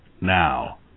now